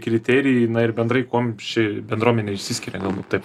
kriterijai ir bendrai kuom ši bendruomenė išsiskiria galbūt taip